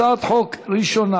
הצעת חוק ראשונה,